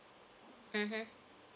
mmhmm